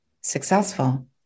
successful